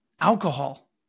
alcohol